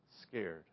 scared